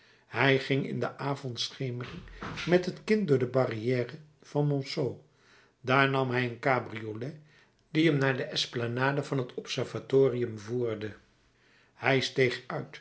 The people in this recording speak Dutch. hij ging in de avondschemering met het kind door de barrière van monceaux daar nam hij een cabriolet die hem naar de esplanade van t observatorium voerde hij steeg